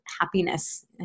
happiness